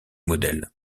modèles